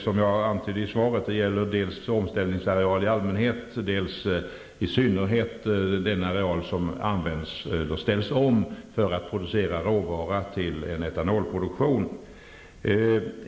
Som jag antydde i svaret gäller det omställningsareal i allmänhet och den areal som ställs om för att producera råvaror till etanolproduktion i synnerhet.